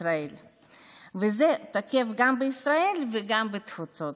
וזה תקף גם בישראל וגם בתפוצות.